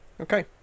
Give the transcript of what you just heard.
Okay